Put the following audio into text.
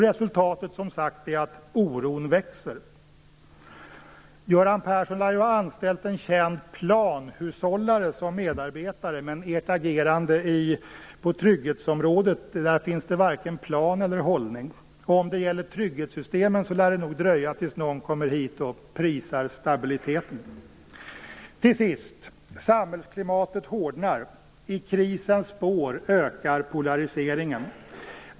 Resultatet av detta är, som sagt, att oron växer. Göran Persson lär ha anställt en känd planhushållare som medarbetare. Men i ert agerande på trygghetsområdet finns det varken plan eller hållning. När det gäller trygghetssystemen lär det nog dröja tills någon kommer hit och prisar stabiliteten. Samhällsklimatet hårdnar. I krisens spår ökar polariseringen.